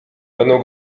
będą